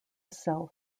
sell